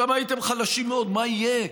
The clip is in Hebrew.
שם הייתם חלשים מאוד: מה יהיה?